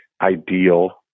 ideal